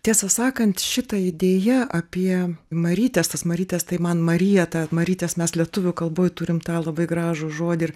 tiesą sakant šita idėja apie marytes tas marytes tai man marija ta marytės mes lietuvių kalboj turim tą labai gražų žodį ir